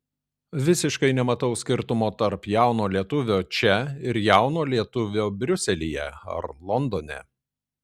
visiškai nematau skirtumo tarp jauno lietuvio čia ir jauno lietuvio briuselyje ar londone